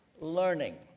learning